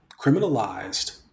criminalized